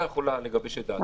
אמרתי שנבחן את הדברים.